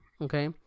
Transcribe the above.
Okay